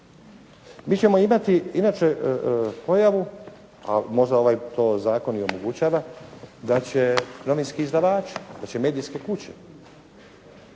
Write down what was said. Mi ćemo imati inače pojavu, a možda ovaj to zakon i omogućava da će novinski izdavači, da će medijske kuće